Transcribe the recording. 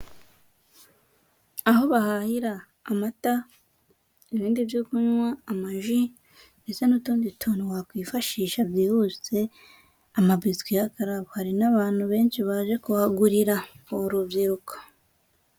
Aho bahahira amata, ibindi byo kunywa, amaji ndetse n'utundi tuntu wakwifashisha byihuse, amabiswi y'akarabo, hari n'abantu benshi baje kuhagurira, urubyiruko.